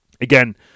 Again